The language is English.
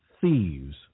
Thieves